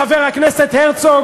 חבר הכנסת הרצוג,